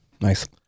Nice